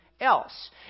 else